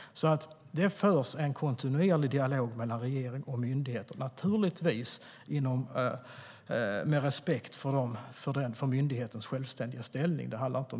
Det förs alltså en kontinuerlig dialog mellan regering och myndighet - givetvis med respekt för myndighetens självständiga ställning.